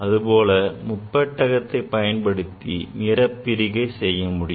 அதுபோல முப்பட்டகத்தினைப் பயன்படுத்தி நிறப்பிரிகை செய்ய முடியும்